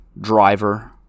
driver